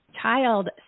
child